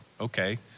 okay